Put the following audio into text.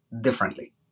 differently